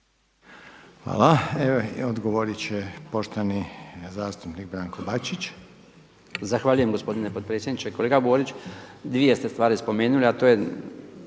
Hvala. Odgovorit će poštovani zastupnik Branko Bačić. **Bačić, Branko (HDZ)** Zahvaljujem gospodine potpredsjedniče. Kolega Borić, dvije ste stvari spomenuli, a to je